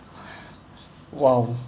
!wow!